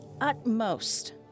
utmost